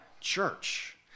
church